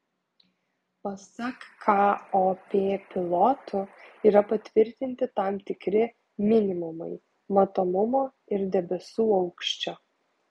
pasak kop pilotų yra patvirtinti tam tikri minimumai matomumo ir debesų aukščio